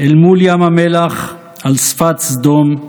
אל מול ים המלח, על שפת סדום,